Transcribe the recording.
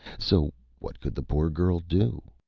so what could the poor girl do?